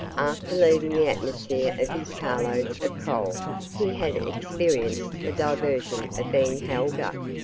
after leaving the atmosphere of his carloads of coal he had experienced the diversion of being held up.